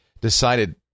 decided